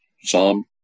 Psalm